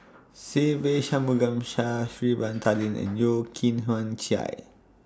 Se Ve Shanmugam Sha'Ari Bin Tadin and Yeo Kian Chye